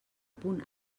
punt